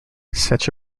such